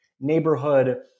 neighborhood